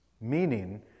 meaning